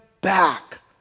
back